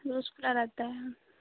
रोज खुला रहता है